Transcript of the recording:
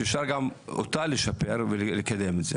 יהיה לך לא פשוט, ואנחנו נעזור לך.